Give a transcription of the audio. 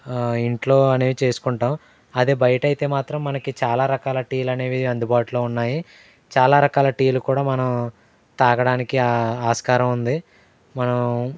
ఇంట్లో అనేవి చేసుకుంటాం అదే బయటైతే మాత్రం మనకి చాలా రకాల టీలు అనేవి అందుబాటులో ఉన్నాయి చాల రకాల టీలు కూడా మనం తాగడానికి ఆస్కారం ఉంది మనం